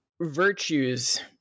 virtues